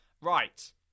Right